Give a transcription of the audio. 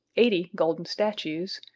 eighty golden statues,